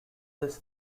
his